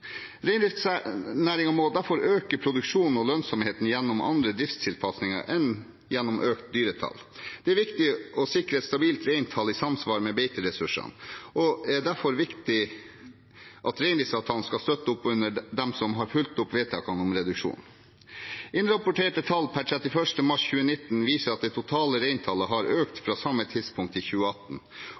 må derfor øke produksjonen og lønnsomheten gjennom andre driftstilpasninger enn gjennom økt dyretall. Det er viktig å sikre et stabilt reintall i samsvar med beiteressursene, og det er derfor viktig at reindriftsavtalen skal støtte opp under dem som har fulgt opp vedtakene om reduksjon. Innrapporterte tall per 31. mars 2019 viser at det totale reintallet har økt fra samme tidspunkt i 2018,